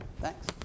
Thanks